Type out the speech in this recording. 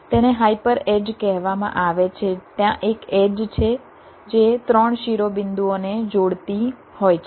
તેને hyper edge કહેવામાં આવે છે ત્યાં એક એડ્જ છે જે 3 શિરોબિંદુઓને જોડતી હોય છે